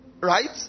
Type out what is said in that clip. Right